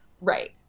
Right